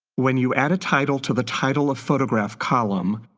when you add a title to the title of photograph column,